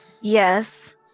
Yes